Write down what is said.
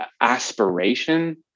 aspiration